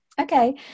Okay